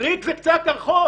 בריק זה קצה הקרחון.